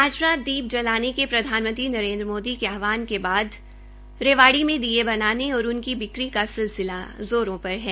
आज रात दीप जलाने के प्रधानमंत्री मोदी के आहवान के बाद रेवाड़ी में दीये बनाने और उनकी बिक्री का सिलसिला ज़ोरो पर है